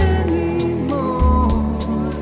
anymore